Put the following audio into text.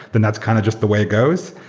then that's kind of just the way it goes.